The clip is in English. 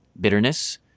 bitterness